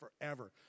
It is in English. forever